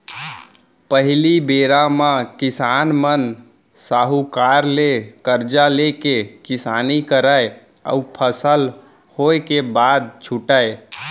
पहिली बेरा म किसान मन साहूकार ले करजा लेके किसानी करय अउ फसल होय के बाद छुटयँ